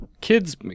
kids